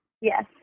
Yes